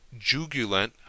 jugulent